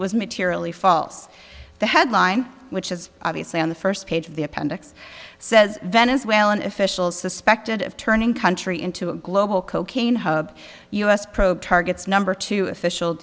was materially false the headline which is obviously on the first page of the appendix says venezuelan officials suspected of turning country into a global cocaine u s probe targets number two official